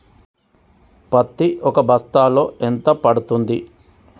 పత్తి ఒక బస్తాలో ఎంత పడ్తుంది?